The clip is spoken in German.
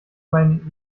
meinen